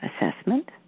assessment